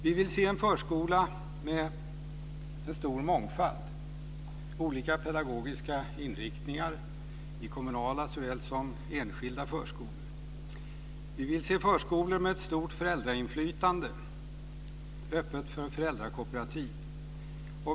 Vi vill se en förskola med en stor mångfald och olika pedagogiska inriktningar i kommunala såväl som enskilda förskolor. Vi vill se förskolor med ett stort föräldrainflytande och öppna för föräldrakooperativ.